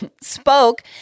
spoke